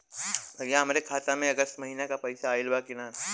भईया हमरे खाता में अगस्त महीना क पैसा आईल बा की ना?